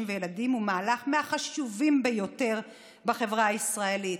וילדים היא מהלך מהחשובים ביותר בחברה הישראלית,